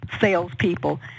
salespeople